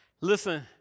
Listen